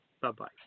Bye-bye